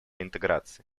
интеграции